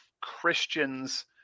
Christians